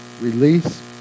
release